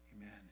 Amen